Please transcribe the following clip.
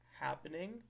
happening